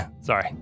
Sorry